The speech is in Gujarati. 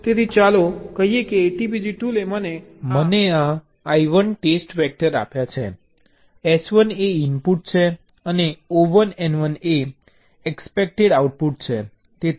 તેથી ચાલો કહીએ કે ATPG ટૂલે મને આ I1 ટેસ્ટ વેક્ટર આપ્યા છે S1 એ ઇનપુટ છે અને O1 N1 એ એક્સપેક્ટેડ આઉટપુટ છે